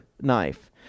knife